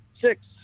Six